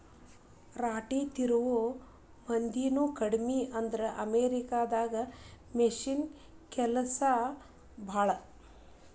ರಾಟಿ ತಿರುವು ಮಂದಿನು ಕಡಮಿ ಆದ್ರ ಅಮೇರಿಕಾ ದಾಗದು ಮಿಷನ್ ಕೆಲಸಾನ ಭಾಳ